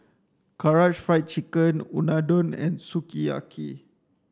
Karaage Fried Chicken Unadon and Sukiyaki